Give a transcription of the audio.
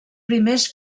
primers